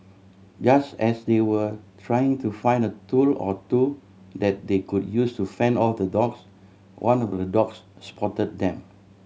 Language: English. just as they were trying to find a tool or two that they could use to fend off the dogs one of the dogs spot them